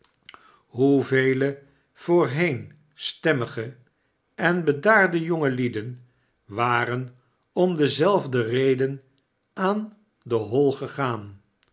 hoevele voorheen stemmige en bedaarde jonge lieden waren om dezelfde reden aan den hoi gegaan